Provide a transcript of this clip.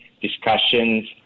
discussions